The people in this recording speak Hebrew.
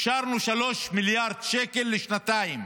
אישרנו 3 מיליארד שקל לשנתיים